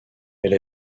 elle